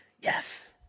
Yes